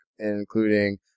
Including